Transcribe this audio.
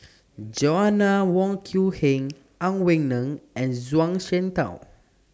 Joanna Wong Quee Heng Ang Wei Neng and Zhuang Shengtao